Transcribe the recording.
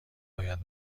باید